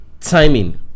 timing